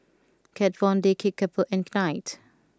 Kat Von D Kickapoo and Knight